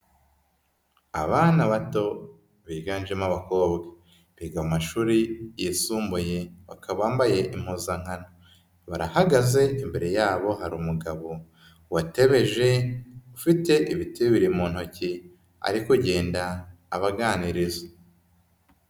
Abana bato biganjemo abakobwa, biga mu mashuri yisumbuye bakaba bambaye impuzankano, barahagaze imbere y'abo hari umugabo watebeje ufite ibiti bibiri mu ntoki ari kugenda abaganiriza.